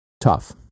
tough